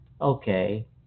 Okay